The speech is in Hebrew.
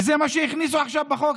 וזה מה שהכניסו עכשיו בחוק,